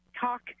talk